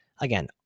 Again